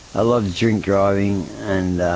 a lot of drink driving and